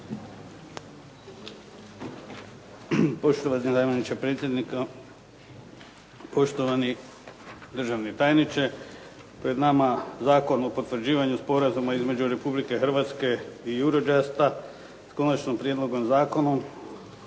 Poštovani zamjeniče predsjednika, poštovani državni tajniče. Pred nama je Zakon o potvrđivanju sporazuma između Republike Hrvatske i Eurojust-a s Konačnim prijedlogom zakona